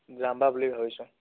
যাম বা বুলি ভাবিছোঁ